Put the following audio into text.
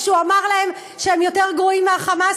כשהוא אמר להם שהם יותר גרועים מה'חמאס',